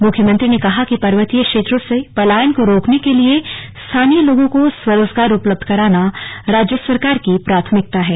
मुख्यमंत्री ने कहा कि पर्वतीय क्षेत्रों से पलायन को रोकने के लिए स्थानीय लोगों को स्वरोजगार उपलब्ध कराना राज्य सरकार की प्राथमिकता है